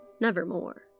nevermore